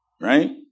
Right